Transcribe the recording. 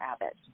Abbott